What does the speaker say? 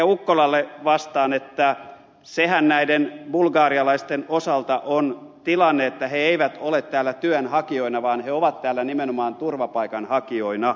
ukkolalle vastaan että sehän näiden bulgarialaisten osalta on tilanne että he eivät ole täällä työnhakijoina vaan he ovat täällä nimenomaan turvapaikanhakijoina